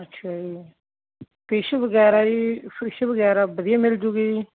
ਅੱਛਾ ਜੀ ਫਿਸ਼ ਵਗੈਰਾ ਜੀ ਫਿਸ਼ ਵਗੈਰਾ ਵਧੀਆ ਮਿਲ ਜਾਊਗੀ ਜੀ